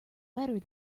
better